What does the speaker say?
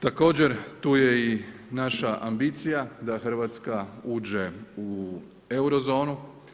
Također tu je i naša ambicija da Hrvatska uđe u euro zonu.